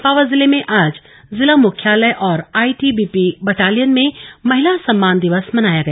चम्पावत जिले में आज जिला मुख्यालय और आईटीबीपी बटालियन में महिला सम्मान दिवस मनाया गया